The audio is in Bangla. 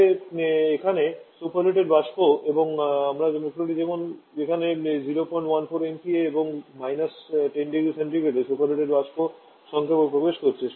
তবে এখানে সুপারহিটেড বাষ্প এখানে আমার চক্রটি এরকম যেখানে 014 MPa এবং −10 0C এ সুপারহেটেড বাষ্প সংক্ষেপক প্রবেশ করছে